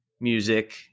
music